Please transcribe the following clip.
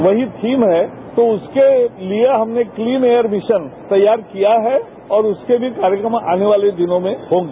वही थीम है तो उसके लिए हमने क्लीन एयर मिशन तैयार किया है और उसके भी कार्यक्रम आने वाले दिनों में होंगे